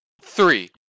Three